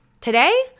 Today